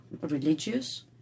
religious